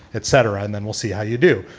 et cetera. and then we'll see how you do.